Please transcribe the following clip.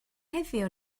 heddiw